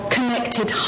Connected